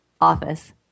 Office